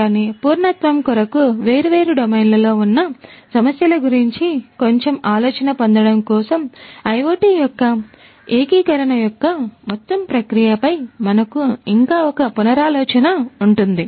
కానీ పూర్ణత్వం కొరకు వేర్వేరు డొమైన్లలో ఉన్న సమస్యల గురించి కొంచెం ఆలోచన పొందడం కోసం IoT యొక్క ఏకీకరణ యొక్క మొత్తం ప్రక్రియపై మనకు ఇంకా ఒక పునరాలోచన ఉంటుంది